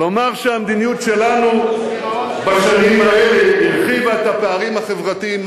לומר שהמדיניות שלנו בשנים האלה, 5% גירעון.